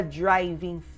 driving